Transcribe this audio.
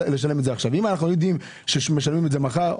אם אנחנו יודעים שמשלמים את זה מחר,